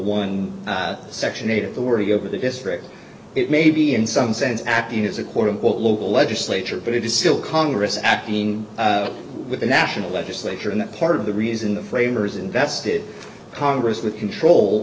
one section eight of the worry over the district it may be in some sense acting as a quote unquote local legislature but it is still congress acting with the national legislature and that part of the reason the framers invested congress with control